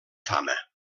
fama